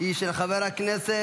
היא של חבר הכנסת